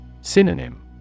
Synonym